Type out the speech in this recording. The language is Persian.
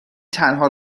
تنها